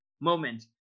moment